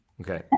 Okay